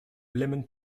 lemon